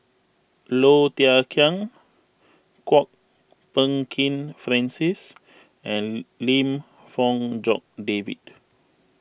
Low Thia Khiang Kwok Peng Kin Francis and Lim Fong Jock David